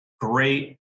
great